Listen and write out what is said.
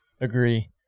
Agree